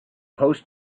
post